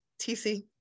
tc